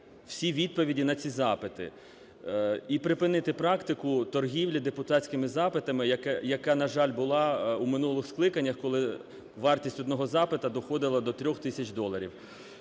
всі відповіді на ці запити і припинити практику торгівлі депутатськими запитами, яка, на жаль, була у минулих скликання, коли вартість одного запиту доходила до 3 тисяч доларів.